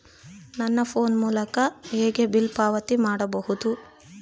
ನನ್ನ ಫೋನ್ ಮೂಲಕ ಹೇಗೆ ಬಿಲ್ ಪಾವತಿ ಮಾಡಬಹುದು?